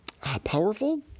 powerful